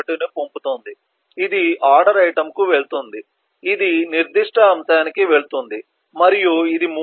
1 ను పంపుతుంది ఇది ఆర్డర్ ఐటెమ్కు వెళుతుంది ఇది నిర్దిష్ట అంశానికి వెళుతుంది మరియు ఇది 3 3